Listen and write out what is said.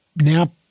Now